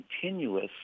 continuous